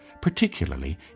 particularly